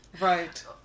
Right